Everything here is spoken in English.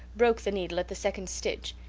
broke the needle at the second stitch,